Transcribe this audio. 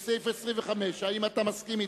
לאחר סעיף 2 בעמוד 25. האם אתה מסכים אתו?